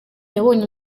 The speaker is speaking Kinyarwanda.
yabonye